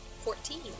Fourteen